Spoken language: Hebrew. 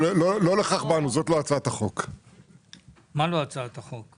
לא לכך באנו, וגם זאת לא הצעת החוק.